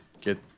get